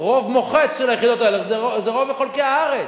רוב מוחץ של היחידות האלה, זה רוב חלקי הארץ.